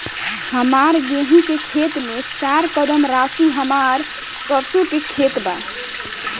हमार गेहू के खेत से चार कदम रासु हमार सरसों के खेत बा